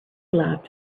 loved